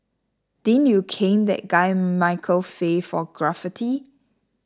didn't you cane that guy Michael Fay for graffiti